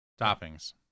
Toppings